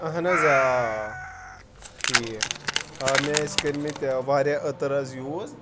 اَہن حظ آ ٹھیٖک آ مےٚ ٲسۍ کٔرۍمٕتۍ واریاہ أتٕر حظ یوٗز